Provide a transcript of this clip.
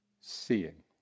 seeing